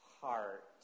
heart